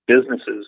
businesses